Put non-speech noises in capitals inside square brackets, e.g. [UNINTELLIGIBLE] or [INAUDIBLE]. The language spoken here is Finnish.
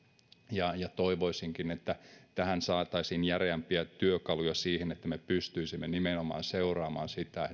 toivoisinkin että saataisiin järeämpiä työkaluja siihen että me pystyisimme seuraamaan sitä [UNINTELLIGIBLE]